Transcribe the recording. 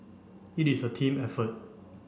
it is a team effort